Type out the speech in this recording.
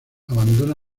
abandonó